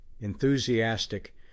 enthusiastic